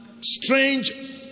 strange